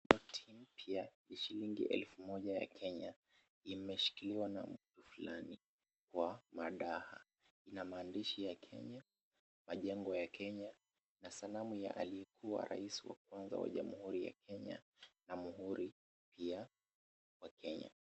Noti mpya ya shilingi elfu moja ya Kenya imeshikiliwa na mtu fulani wa madaha. Ina maandishi ya Kenya, majengo ya Kenya na sanamu aliyekuwa rais wa Kenya na muuli wa Kenya pia.